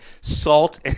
salt